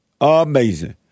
Amazing